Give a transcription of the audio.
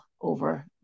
over